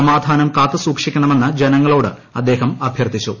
സമാധാനം കാത്തു സൂക്ഷിക്കണമെന്ന് ജനങ്ങളോട് അദ്ദേഹം അഭ്യർത്ഥിച്ചു